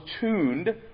tuned